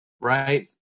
right